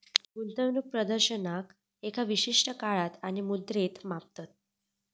गुंतवणूक प्रदर्शनाक एका विशिष्ट काळात आणि मुद्रेत मापतत